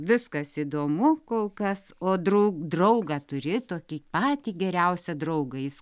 viskas įdomu kol kas o draug draugą turi tokį patį geriausią draugą jis